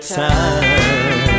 time